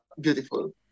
beautiful